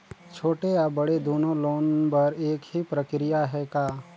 छोटे या बड़े दुनो लोन बर एक ही प्रक्रिया है का?